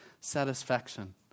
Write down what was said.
satisfaction